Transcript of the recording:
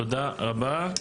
תודה רבה.